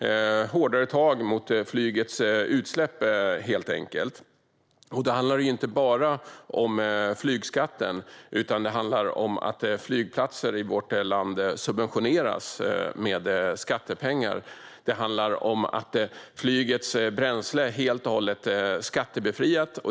Det krävs hårdare tag mot flygets utsläpp helt enkelt. Det handlar inte bara om flygskatten utan om att flygplatser i vårt land subventioneras med skattepengar. Det handlar om att flygets bränsle är helt skattebefriat.